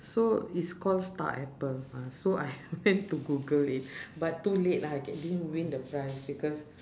so it's called star apple ah so I went to google it but too late lah I ge~ I didn't win the prize because